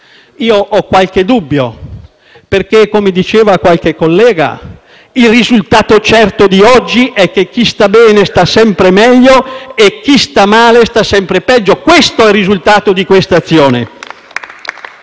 Io ho qualche dubbio perché, come diceva qualche collega, il risultato certo di oggi è che chi sta bene, sta sempre meglio, e chi sta male, sta sempre peggio. *(Applausi dal Gruppo